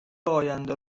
آینده